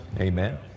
Amen